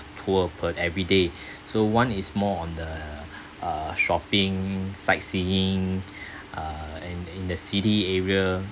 tour per everyday so one is more on the uh shopping sightseeing uh in the in the city area